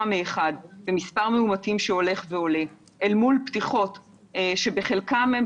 מ-1 ומספר מאומתים שהולך ועולה אל מול פתיחות שבחלקן הן